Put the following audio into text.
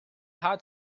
had